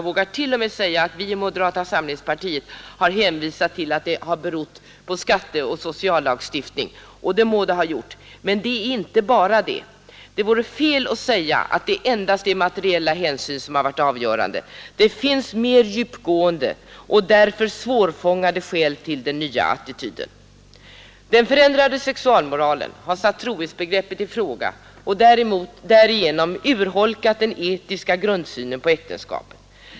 Vi i moderata samlingspartiet har hänvisat till att nedgången i antalet äktenskap har berott på skatteoch sociallagstiftningen — det må den ha gjort — men det är inte enda skälet. Det vore fel att säga att det endast är materiella hänsyn som varit avgörande. Det finns mer djupgående och därför svårfångade skäl till den nya attityden. Den förändrade sexualmoralen har satt trohetsbegreppet i fråga och därigenom urholkat den etiska grundsynen på äktenskapet.